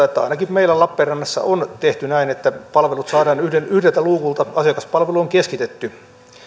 todeta että ainakin meillä lappeenrannassa on tehty näin että palvelut saadaan yhdeltä yhdeltä luukulta asiakaspalvelu on keskitetty